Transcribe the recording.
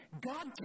God